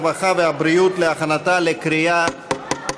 הרווחה והבריאות להכנתה לקריאה ראשונה.